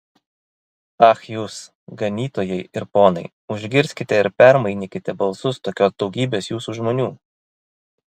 ach jūs ganytojai ir ponai užgirskite ir permainykite balsus tokios daugybės jūsų žmonių